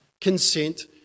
consent